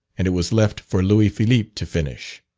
and it was left for louis philippe to finish.